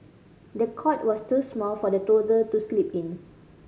the cot was too small for the toddler to sleep in